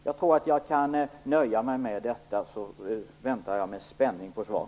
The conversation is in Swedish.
Jag nöjer mig med detta och väntar med spänning på svar.